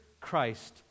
Christ